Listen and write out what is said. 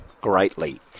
greatly